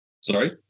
Sorry